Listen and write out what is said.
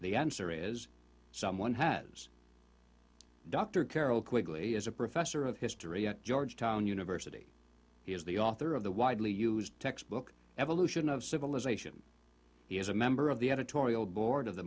the answer is someone has dr carroll quigley is a professor of history at georgetown university he is the author of the widely used textbook evolution of civilization he is a member of the editorial board of the